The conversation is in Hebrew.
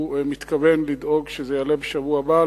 הוא אמר לי שהוא מתכוון לדאוג שזה יעלה בשבוע הבא,